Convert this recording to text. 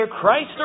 Christ